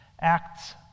Acts